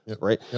right